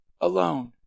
alone